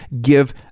give